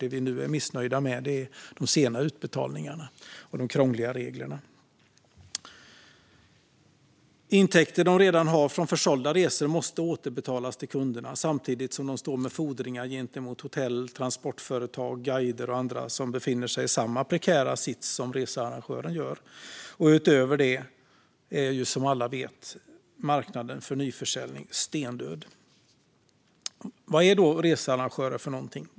Det vi nu är missnöjda med är de sena utbetalningarna och de krångliga reglerna. Intäkter som researrangörerna redan fått från försålda resor måste återbetalas till kunderna, samtidigt som de står med fordringar gentemot hotell, transportföretag, guider och andra som befinner sig i samma prekära sits som de själva. Utöver det är, som alla vet, marknaden för nyförsäljning stendöd. Vad är då en researrangör för något?